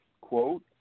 quote